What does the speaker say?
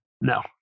No